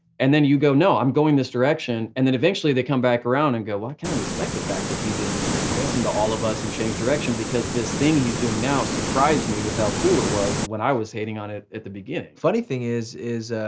and then you go no i'm going this direction and then eventually they come back around, and go well i kind of respect the fact that he didn't listen to all of us and change direction. because this thing he's doing now surprised me with how cool it was when i was hating on it at the beginning. funny thing is,